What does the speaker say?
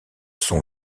sont